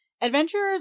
Adventurers